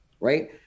right